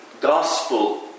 Gospel